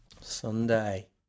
Sunday